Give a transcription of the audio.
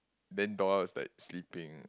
then door was like sleeping